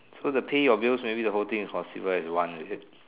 so the pay your bills maybe the whole thing is considered as one is it